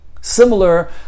similar